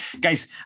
Guys